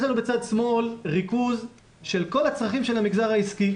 יש לנו בצד שמאל ריכוז של כל הצרכים של המגזר העסקי.